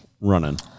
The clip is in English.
running